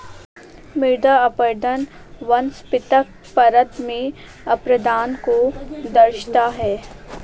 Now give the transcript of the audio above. मृदा अपरदन वनस्पतिक परत में अपरदन को दर्शाता है